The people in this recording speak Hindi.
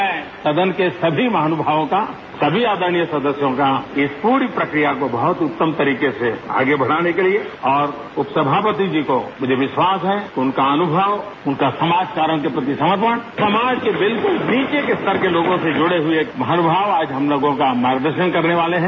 मैं सदन के सभी महानुभाव का सभी आदरणीय सदस्यों का इस पूरी प्रक्रिया को बहुत उत्तम तरीके से आगे बढाने के लिए और उप सभापति जी को मुझे विश्वास है उनका अनुभव उनका समाज कार्यो के प्रति समर्पण समाज के नीचे के स्तर के लोगों से जुड़े हुए महानुभाव आज हम लोगों का मार्गदर्शन करने वाले हैं